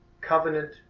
covenant